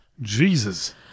Jesus